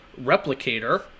replicator